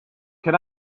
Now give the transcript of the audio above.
can